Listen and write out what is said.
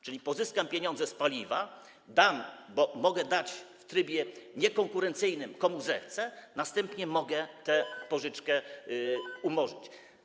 Czyli pozyskam pieniądze z paliwa, dam, bo mogę dać, w trybie niekonkurencyjnym komu zechcę, a następnie mogę tę pożyczkę umorzyć.